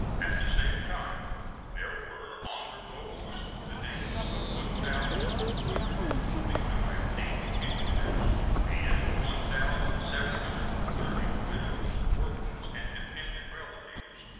at the same time there were on the rolls the names of one thousand four hundred and forty nine navy pensioners and one thousand seven hundred and thirty widows, orphans, and dependent relatives,